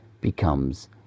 becomes